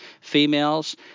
females